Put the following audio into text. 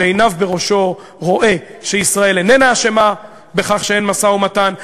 שעיניו בראשו רואה שישראל איננה אשמה בכך שאין משא-ומתן,